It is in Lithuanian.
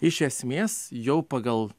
iš esmės jau pagal